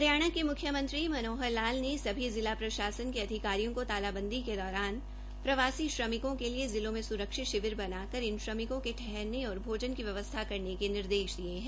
हरियाणा के मुख्यमंत्री मनोहर लाल ने सभी जिला प्रशासन के अधिकारियों को तालाबंदी के दौरान प्रवासी श्रमिकों के लिए जिलों में सुरक्षित शिविर बनाकर इन श्रमिकों के ठहरने और भोजन की व्यवस्था करने के निर्देश दिये हैं